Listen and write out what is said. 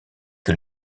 que